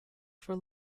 for